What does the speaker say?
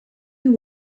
you